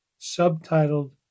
subtitled